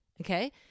Okay